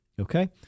okay